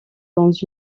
dans